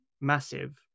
massive